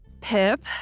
Pip